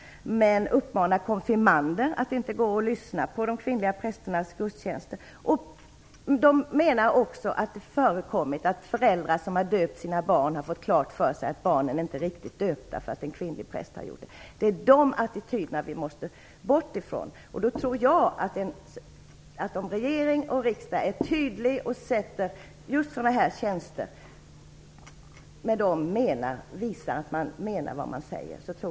Män uppmanar konfirmander att inte gå och lyssna på de kvinnliga prästernas gudstjänster. Man menar också att det förekommit att föräldrar som låtit döpa sina barn har fått klart för sig att barnen inte är riktigt döpta därför att en kvinnlig präst döpt dem. Det är sådana attityder som vi måste komma bort från. Därför tror jag att även sådana här attityder på sikt försvinner, om regeringen och riksdagen är tydliga och just när det gäller sådana här tjänster visar att de menar vad de säger.